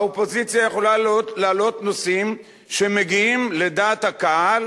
האופוזיציה יכולה להעלות נושאים שמגיעים לדעת הקהל